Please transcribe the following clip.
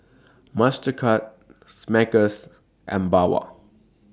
Mastercard Smuckers and Bawang